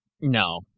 No